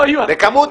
לא יהיו הסכמות.